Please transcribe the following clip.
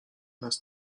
nas